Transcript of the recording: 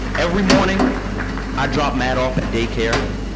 every morning i drop mad off at day care,